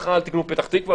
מחר אל תקנו בפתח תקוה,